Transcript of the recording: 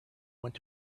went